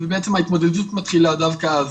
בעצם ההתמודדות מתחילה דווקא אז,